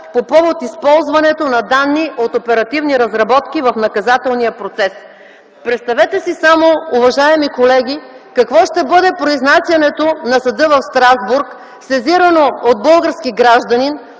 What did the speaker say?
по повод използването на данни от оперативни разработки в наказателния процес. Представете си само, уважаеми колеги, какво ще бъде произнасянето на Съда в Страсбург, сезирано от български гражданин,